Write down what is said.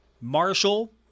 Marshall